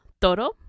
Toro